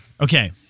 Okay